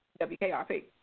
WKRP